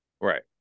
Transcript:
Right